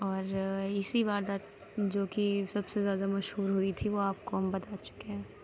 اور اِسی واردات جوکہ سب سے زیادہ مشہور ہوئی تھی وہ آپ کو ہم بتا چُکے ہیں